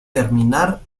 terminar